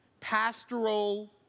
pastoral